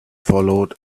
followed